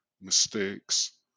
mistakes